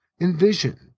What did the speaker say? envision